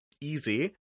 easy